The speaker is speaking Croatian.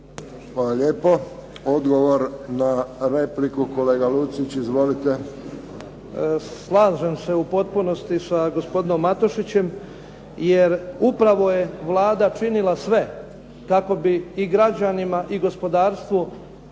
Hvala lijepo. Odgovor na repliku, kolega Lucić. Izvolite. **Lucić, Franjo (HDZ)** Slažem se u potpunosti sa gospodinom Matušićem jer upravo je Vlada činila sve kako bi i građanima i gospodarstvu